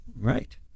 right